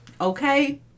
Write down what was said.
Okay